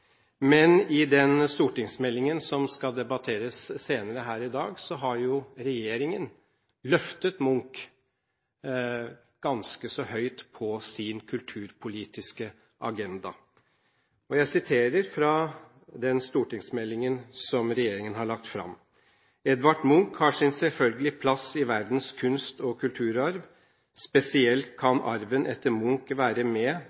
Men i den stortingsmeldingen som skal debatteres her senere i dag, har regjeringen løftet Munch ganske høyt opp på sin kulturpolitiske agenda. Jeg siterer fra den stortingsmeldingen som regjeringen har lagt fram: «Edvard Munch har sin selvfølgelige plass i verdens kunst- og kulturarv. Spesielt kan arven etter Munch være med